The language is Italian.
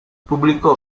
pubblicò